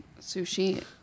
Sushi